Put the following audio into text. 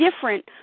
different